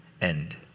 end